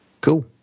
Cool